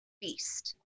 beast